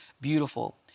beautiful